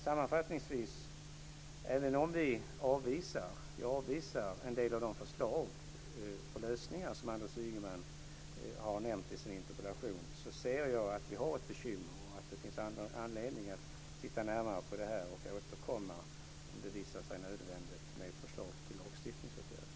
Sammanfattningsvis kan jag säga att även om vi avvisar en del av de förslag till lösningar som Anders Ygeman har nämnt i sin interpellation ser jag att vi har ett bekymmer och att det finns anledning att titta närmare på detta och återkomma om det visar sig nödvändigt med förslag till lagstiftningsåtgärder.